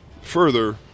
further